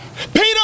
Peter